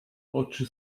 oczy